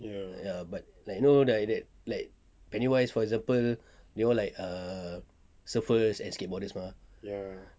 ya but like you know like like penny wise for example they all like err surfers and skateboarders mah